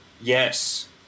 Yes